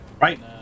Right